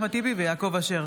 אחמד טיבי ויעקב אשר